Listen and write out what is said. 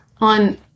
on